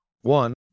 One